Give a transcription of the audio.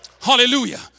Hallelujah